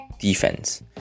defense